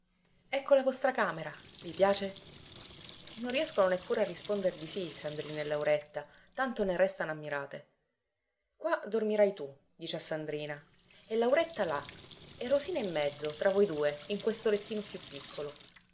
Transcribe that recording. ecco la vostra camera vi piace non riescono neppure a risponder di sì sandrina e lauretta tanto ne restano ammirate qua dormirai tu dice a sandrina e lauretta là e rosina in mezzo tra voi due in questo lettino più piccolo